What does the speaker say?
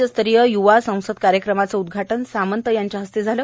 राज्यस्तरीय युवा संसद कार्यक्रमाचं उदघाटन सामंत यांच्या हस्ते काल झालं